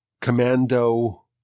commando